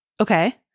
okay